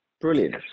Brilliant